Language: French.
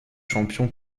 champion